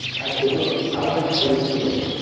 i said, look, i want to tell you a story.